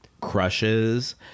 crushes